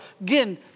Again